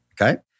Okay